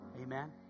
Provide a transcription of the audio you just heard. Amen